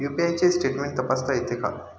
UPI चे statement तपासता येते का?